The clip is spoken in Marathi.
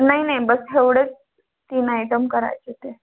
नाही नाही बस हेवढेच तीन आयटम करायचे ते